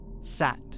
Sat